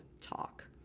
talk